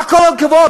מה כל הכבוד?